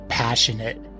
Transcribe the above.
Passionate